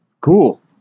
cool